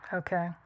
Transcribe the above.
okay